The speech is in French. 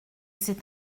c’est